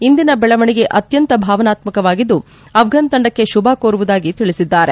ಇಂದಿನ ಬೆಳವಣಿಗೆ ಅತ್ತಂತ ಭಾವನಾತ್ಮಕವಾಗಿದ್ದು ಅಪ್ರನ್ ತಂಡಕ್ಕೆ ಶುಭ ಕೋರುವುದಾಗಿ ತಿಳಿಸಿದ್ದಾರೆ